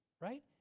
Right